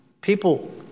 People